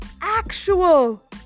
actual